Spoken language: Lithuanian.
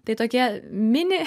tai tokie mini